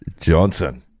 Johnson